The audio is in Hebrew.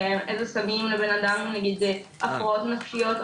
איזה סמים לבנאדם נגיד הפרעות נפשיות,